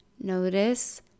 Notice